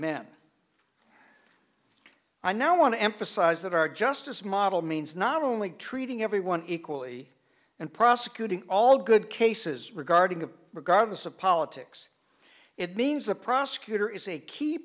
men i now want to emphasize that our justice model means not only treating everyone equally and prosecuting all good cases regarding the regardless of politics it means the prosecutor is a key